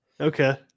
Okay